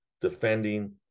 defending